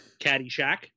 Caddyshack